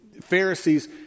Pharisees